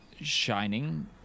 shining